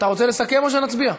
אתה רוצה לסכם, או שנצביע?